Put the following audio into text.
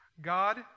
God